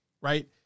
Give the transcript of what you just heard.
right